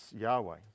Yahweh